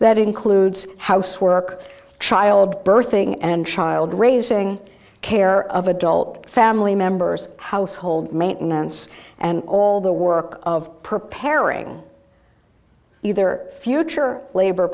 that includes housework child birthing and child raising care of adult family members household maintenance and all the work of preparing either future labor